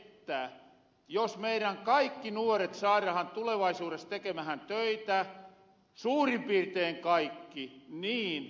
mä väitän että jos meirän kaikki nuoret saarahan tulevaisuures tekemähän töitä suurin piirtein kaikki neljä